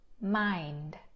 mind